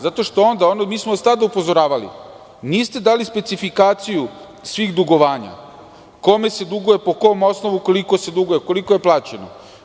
Zato što onda, mi smo vas i tada upozoravali, niste dali specifikaciju svih dugovanja - kome se duguje, po kom osnovu, koliko se duguje i koliko je plaćeno?